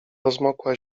rozmokła